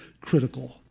critical